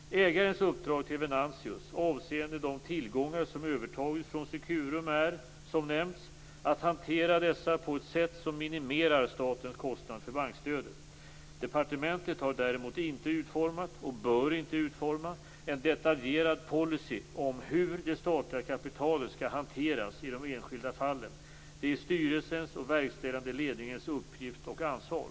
Ägarens uppdrag till Venantius avseende de tillgångar som övertagits från Securum är, som nämnts, att hantera dessa på ett sätt som minimerar statens kostnad för bankstödet. Departementet har däremot inte utformat, och bör inte utforma, en detaljerad policy om hur det statliga kapitalet skall hanteras i de enskilda fallen. Det är styrelsens och verkställande ledningens uppgift och ansvar.